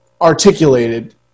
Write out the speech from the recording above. articulated